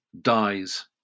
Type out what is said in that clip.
dies